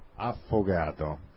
Affogato